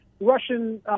Russian